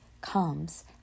comes